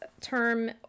term